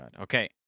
Okay